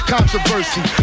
Controversy